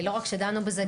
לא רק שדנו בזה,